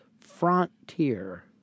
Frontier